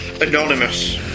Anonymous